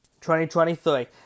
2023